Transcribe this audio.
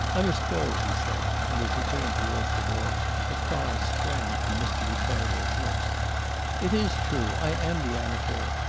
i must go he said and as he turned towards the door a cry sprang from mr. ricardo's lips it is true. i am the amateur.